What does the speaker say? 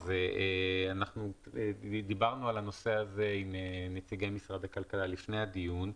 אז אנחנו דיברנו על הנושא הזה עם נציגי משרד הכלכלה לפני הדיון.